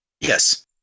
Yes